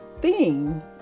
theme